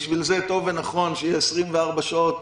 בשביל זה טוב ונכון שיהיו 24 שעות